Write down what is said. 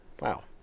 Wow